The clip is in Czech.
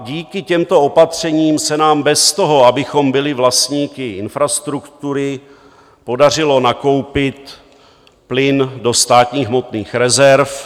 Díky těmto opatřením se nám bez toho, abychom byli vlastníky infrastruktury, podařilo nakoupit plyn do státních hmotných rezerv.